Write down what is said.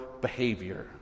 behavior